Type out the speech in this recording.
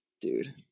Dude